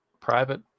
private